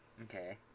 okay